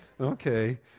Okay